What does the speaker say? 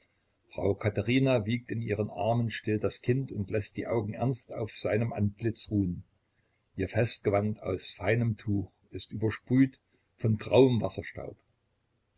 frau katherina wiegt in ihren armen still das kind und läßt die augen ernst auf seinem antlitz ruhn ihr festgewand aus feinem tuch ist übersprüht von grauem wasserstaub